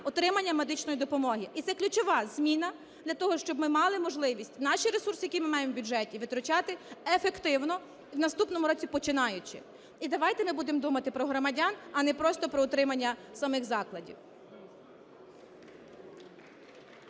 отримання медичної допомоги. І це ключова зміна для того, щоб ми мали можливість наші ресурси, які ми маємо в бюджеті, витрачати ефективно, в наступному році починаючи. І давайте ми будемо думати про громадян, а не просто про утримання самих закладів.